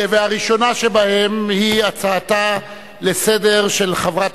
שהראשונה שבהן היא הצעה לסדר-היום של חברת